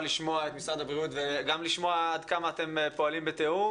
לשמוע את משרד הבריאות וגם לשמוע עד כמה אתם פועלים בתיאום